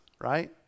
right